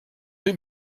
rue